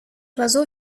oiseau